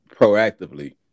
proactively